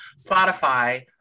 spotify